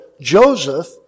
Joseph